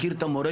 מכיר את המורשת,